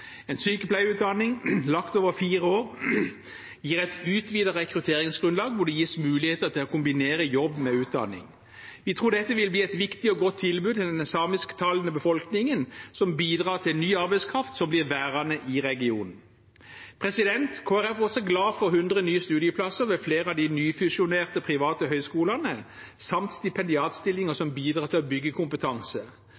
En sykepleierutdanning lagt over fire år gir et utvidet rekrutteringsgrunnlag fordi det gis muligheter til å kombinere jobb med utdanning. Vi tror dette vil bli et viktig og godt tilbud til den samisktalende befolkningen, og et tilbud som bidrar til ny arbeidskraft som blir værende i regionen. Kristelig Folkeparti er også glad for 100 nye studieplasser ved flere av de nyfusjonerte private høyskolene samt stipendiatstillinger